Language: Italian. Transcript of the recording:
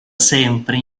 sempre